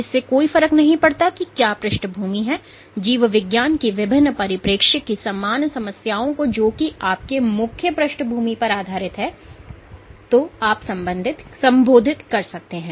इससे कोई फर्क नहीं पड़ता कि क्या पृष्ठभूमि है जीव विज्ञान की विभिन्न परिप्रेक्ष्य की समान समस्याओं को जो कि आप के मुख्य पृष्ठ भूमि पर आधारित है तो आप संबोधित कर सकते हैं